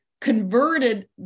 converted